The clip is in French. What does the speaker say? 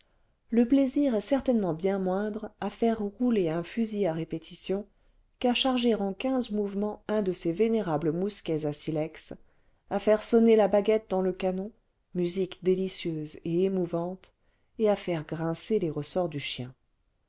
le plaisir est certainement bien moindre à faire rouler un fusil à répétition qu'à charger en quinze mouvements un cle ces vénérables mousquets à silex à faire sonner la baguette dans le canon musique délicieuse et émouvante et à fane grincer les ressorts du chien